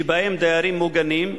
שבהן דיירים מוגנים,